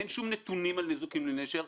אין שום נתונים על נזקים לנשר.